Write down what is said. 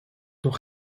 nog